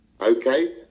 Okay